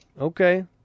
Okay